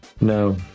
No